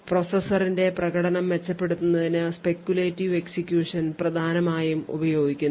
പ്രോസസറിന്റെ പ്രകടനം മെച്ചപ്പെടുത്തുന്നതിന് speculative execution പ്രധാനമായും ഉപയോഗിക്കുന്നു